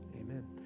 Amen